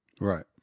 Right